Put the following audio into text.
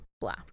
Blah